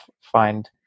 find